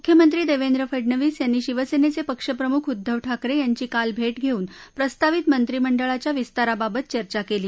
मुख्यमंत्री देवेंद्र फडणवीस यांनी शिवसेनेचे पक्षप्रमुख उद्धव ठाकरे यांची काल भेट घेऊन प्रस्तावित मंत्रिमंडळाच्या विस्ताराबाबत चर्चा केली